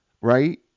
right